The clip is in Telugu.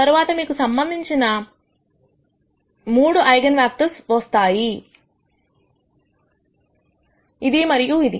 తర్వాత మీకు దీనికి సంబంధించిన మూడు ఐగన్ వెక్టర్స్ వస్తాయి ఇది మరియు ఇది